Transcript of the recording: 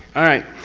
alright.